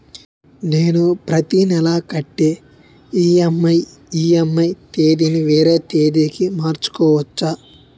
నేను నా ప్రతి నెల కట్టే ఈ.ఎం.ఐ ఈ.ఎం.ఐ తేదీ ని వేరే తేదీ కి మార్చుకోవచ్చా?